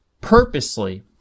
purposely